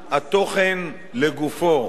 לגבי ההיערכויות הפוליטיות,